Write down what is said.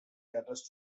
caters